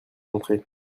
montrer